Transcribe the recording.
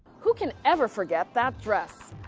who can ever forget that dress.